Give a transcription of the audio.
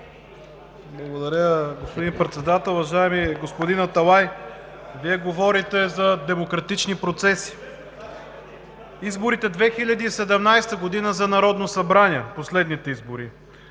Благодаря, господин Председател. Уважаеми господин Аталай, Вие говорите за демократични процеси. Изборите през 2017 г. за Народно събрание, последните избори